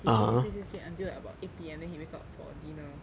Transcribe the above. he sleep sleep sleep sleep sleep until like about eight P_M and then he wake up for dinner